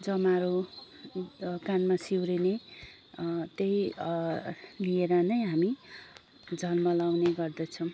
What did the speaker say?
जमारो कानमा सिउरिने त्यही लिएर नै हामी झल्मलाउने गर्दछौँ